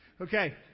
Okay